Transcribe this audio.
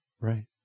Right